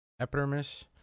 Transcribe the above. Epidermis